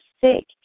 sick